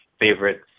Favorites